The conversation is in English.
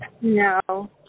no